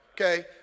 Okay